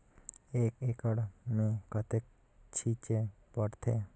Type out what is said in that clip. एक एकड़ मे कतेक छीचे पड़थे?